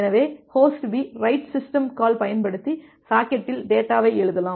எனவே host B write system call பயன்படுத்தி சாக்கெட்டில் டேட்டாவை எழுதலாம்